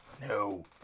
no